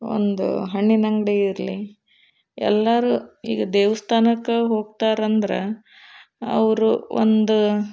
ಒಂದು ಹಣ್ಣಿನ ಅಂಗಡಿ ಇರಲಿ ಎಲ್ಲರು ಈಗ ದೇವಸ್ಥಾನಕ್ಕೆ ಹೋಗ್ತಾರಂದ್ರೆ ಅವರು ಒಂದು